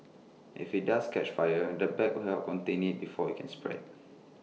if IT does catch fire the bag will contain IT before IT can spread